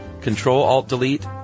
Control-Alt-Delete